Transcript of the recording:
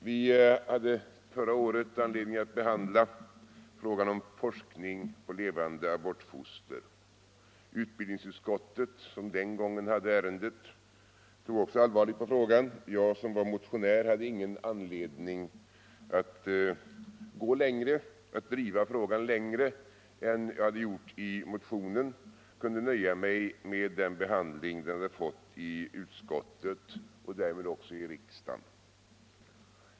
Vi hade förra året anledning att behandla frågan om forskning på Ievande abortfoster. Utbildningsutskottet, som den gången hade ärendet, såg också allvarligt på frågan. Jag som motionär hade ingen anledning att driva frågan längre än jag hade gjort i motionen. Jag kunde nöja mig med den behandling den hade fått i utskottet och därmed också i riksdagen.